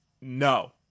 no